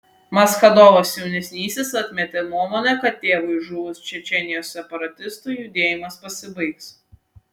maschadovas jaunesnysis atmetė nuomonę kad tėvui žuvus čečėnijos separatistų judėjimas pasibaigs